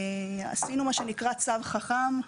עשינו מה שנקרא: צו חכם.